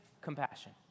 compassion